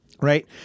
right